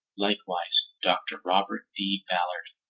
likewise dr. robert d. ballard,